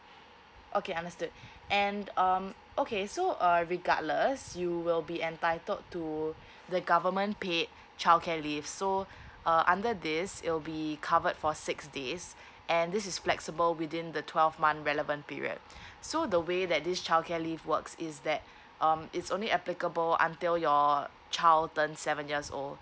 okay understood and um okay so uh regardless you will be entitled to the government paid childcare leave so uh under this it will be covered for six days and this is flexible within the twelve month relevant period so the way that this childcare leave works is that um it's only applicable until your child turns seven years old